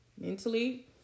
mentally